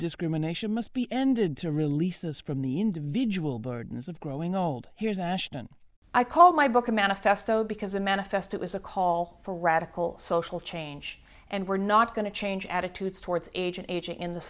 discrimination must be ended to releases from the individual burdens of growing old here's ashton i call my book a manifesto because in manifest it was a call for radical social change and we're not going to change attitudes towards age and aging in th